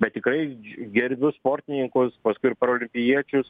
bet tikrai gerbiu sportininkus paskui ir paraolimpijiečius